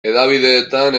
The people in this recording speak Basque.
hedabideetan